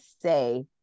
say